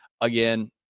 again